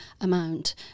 amount